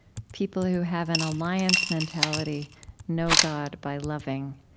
people who have an alliance mentality know god by loving.